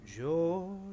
George